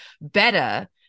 better